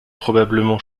probablement